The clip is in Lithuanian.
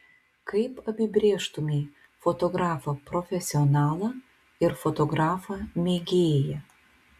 kaip apibrėžtumei fotografą profesionalą ir fotografą mėgėją